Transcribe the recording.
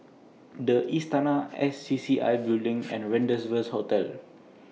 The Istana S C C I Building and Rendezvous Hotel